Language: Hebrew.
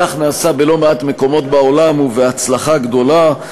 כך נעשה בלא-מעט מקומות בעולם, ובהצלחה גדולה.